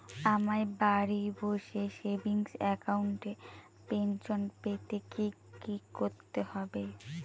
আমায় বাড়ি বসে সেভিংস অ্যাকাউন্টে পেনশন পেতে কি কি করতে হবে?